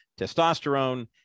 testosterone